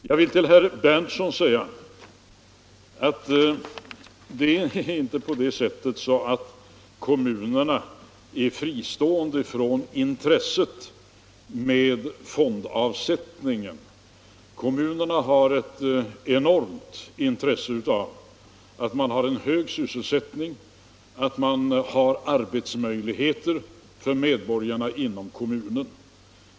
Jag vill till herr Berndtson säga att det inte är så att kommunerna är fristående från intresset för fondavsättningen. Kommunerna har ett enormt intresse av att man har hög sysselsättning, att man har arbetsmöjligheter för medborgarna inom kommunen.